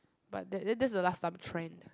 but that that is the last time trend